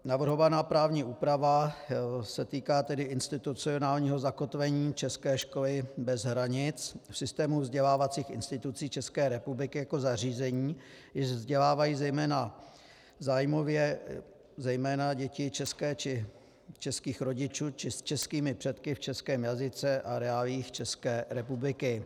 Navrhovaná právní úprava se týká tedy institucionálního zakotvení české školy bez hranic v systému vzdělávacích institucí České republiky jako zařízení, jež vzdělávají zejména zájmově zejména děti české či českých rodičů či s českými předky v českém jazyce a reáliích České republiky.